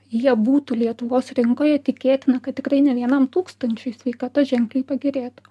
jie būtų lietuvos rinkoje tikėtina kad tikrai ne vienam tūkstančiui sveikata ženkliai pagerėtų